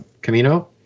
Camino